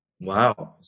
Wow